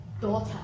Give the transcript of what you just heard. daughter